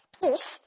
peace